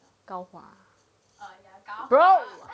高华 bro